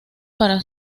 para